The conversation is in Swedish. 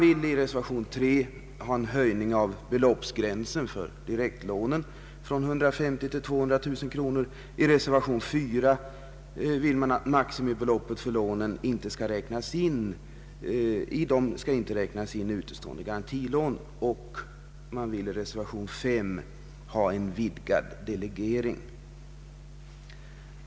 I reservationen 3 vill man ha en höjning av beloppsgränsen för direktlånen från 250 000 kronor till 300 000. I reservationen 4 vill man att utestående garantilån inte skall räknas in i maximibeloppet för lånen. I reservationen 5 vill man ha en vidgad delegering.